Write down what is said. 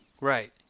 Right